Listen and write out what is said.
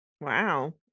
Wow